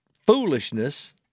foolishness